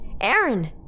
Aaron